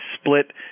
split